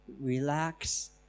relax